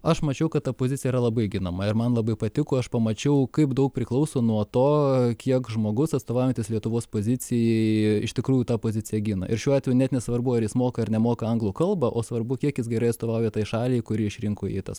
aš mačiau kad ta pozicija yra labai ginama ir man labai patiko aš pamačiau kaip daug priklauso nuo to kiek žmogus atstovaujantis lietuvos pozicijai iš tikrųjų tą poziciją gina ir šiuo atveju net nesvarbu ar jis moka ar nemoka anglų kalbąo o svarbu kiek jis gerai atstovauja tai šaliai kuri išrinko į tas